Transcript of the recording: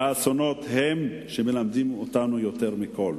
והאסונות הם שמלמדים אותנו יותר מכול".